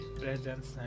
presence